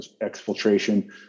exfiltration